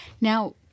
now